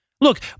Look